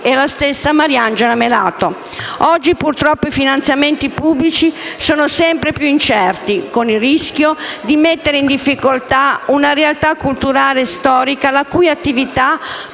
la stessa Mariangela Melato. Oggi purtroppo i finanziamenti pubblici sono sempre più incerti, con il rischio di mettere in difficoltà una realtà culturale storica la cui attività